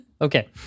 Okay